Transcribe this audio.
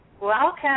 Welcome